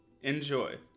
Enjoy